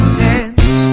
hands